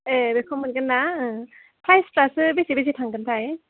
ए बेखौ मोनगोनना प्राइसफ्रासो बेसे बेसे थांगोन थाइ